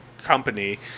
company